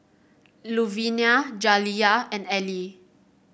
Louvenia Jaliyah and Elie